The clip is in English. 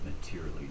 materially